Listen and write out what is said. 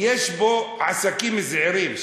יש בו עסקים זעירים.